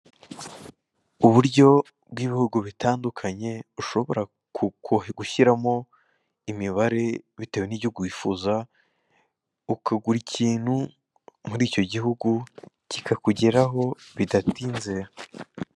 Uburyo bw'ibihugu bitandukanye ushobora gushyiramo imibare bitewe n'igihugu wifuza, ukagura ikintu muri icyo gihugu kikakugeraho bidatinze.